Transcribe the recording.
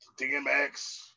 DMX